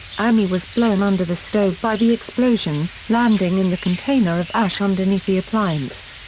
annie was blown under the stove by the explosion, landing in the container of ash underneath the appliance.